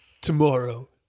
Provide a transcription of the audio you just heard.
Tomorrow